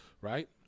right